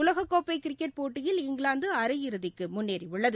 உலகக்கோப்பை கிரிக்கெட் போட்டியில் இங்கிலாந்து அரை இறுதிக்கு முன்னேறியுள்ளது